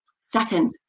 Second